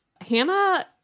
Hannah